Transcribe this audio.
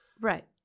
Right